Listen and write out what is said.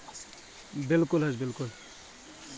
بِلکُل حظ بِلکُل